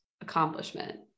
accomplishment